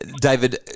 David